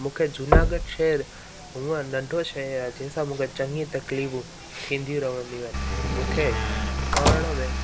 मूंखे जूनागढ़ शहर हूअं नन्ढो शहर आहे जंहिं सां मूंखे चङी तकिलीफूं थींदियूं रहंदियूं आहिनि मूंखे पढ़ण में